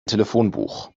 telefonbuch